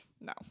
No